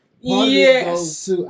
yes